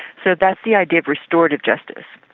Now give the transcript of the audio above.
so that's the idea of restorative justice.